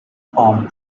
arm